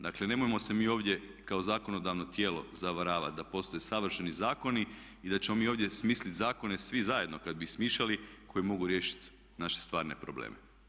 Dakle nemojmo se mi ovdje kao zakonodavno tijelo zavaravati da postoje savršeni zakoni i da ćemo mi ovdje smisliti zakone, svi zajedno kada bi smišljali koji mogu riješiti naše stvarne probleme.